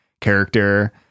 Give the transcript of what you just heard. character